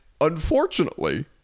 unfortunately